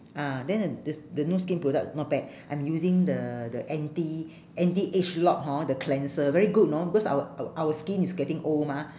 ah then the the the nu skin product not bad I'm using the the anti anti age lock hor the cleanser very good know because our our our skin is getting old mah